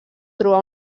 trobà